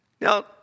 Now